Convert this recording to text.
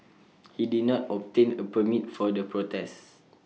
he did not obtain A permit for the protests